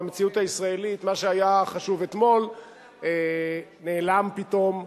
במציאות הישראלית מה שהיה חשוב אתמול נעלם פתאום,